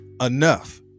enough